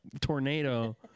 tornado